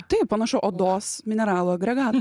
tai panašu odos mineralų agregatas